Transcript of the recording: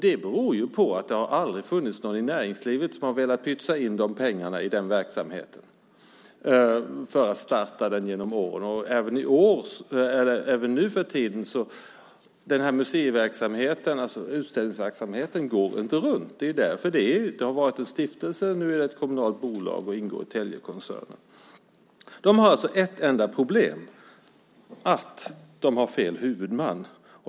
Det beror på att det genom åren inte funnits någon i näringslivet som velat pytsa in pengar för att kunna starta den verksamheten. Inte ens nu för tiden går museiverksamheten, alltså utställningsverksamheten, runt. De har varit en stiftelse. Nu är de ett kommunalt bolag och ingår i Täljekoncernen. De har alltså ett enda problem, nämligen att de har fel huvudman.